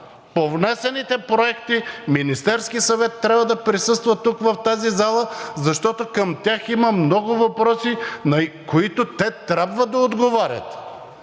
по внесените проекти Министерският съвет трябва да присъства тук, в тази зала, защото към тях има много въпроси, на които те трябва да отговарят.